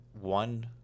one